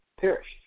perished